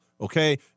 okay